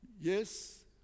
Yes